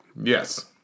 Yes